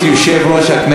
זה בושה וחרפה,